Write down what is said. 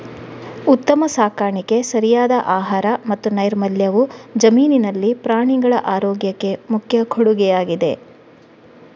ಉತ್ತಮ ಸಾಕಾಣಿಕೆ, ಸರಿಯಾದ ಆಹಾರ ಮತ್ತು ನೈರ್ಮಲ್ಯವು ಜಮೀನಿನಲ್ಲಿ ಪ್ರಾಣಿಗಳ ಆರೋಗ್ಯಕ್ಕೆ ಮುಖ್ಯ ಕೊಡುಗೆಯಾಗಿದೆ